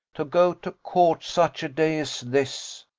to go to court such a day as this?